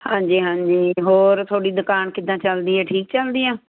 ਹਾਂਜੀ ਹਾਂਜੀ ਹੋਰ ਤੁਹਾਡੀ ਦੁਕਾਨ ਕਿੱਦਾਂ ਚੱਲਦੀ ਆ ਠੀਕ ਚਲਦੀ ਆ